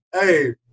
Hey